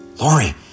Lori